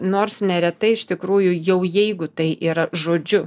nors neretai iš tikrųjų jau jeigu tai yra žodžiu